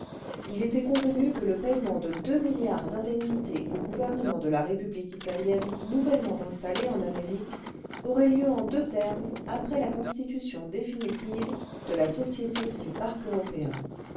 il était convenu que le payement de deux milliards d'indemnité an gouvernement de la république italienne nouvellement installée en amérique aurait lieu en deux termes après la constitution définitive de la société du parc européen